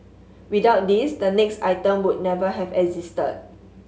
without this the next item would never have existed